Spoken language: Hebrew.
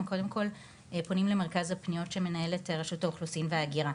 הם קודם כל פונים למרכז הפניות שמנהלת רשות האוכלוסין וההגירה.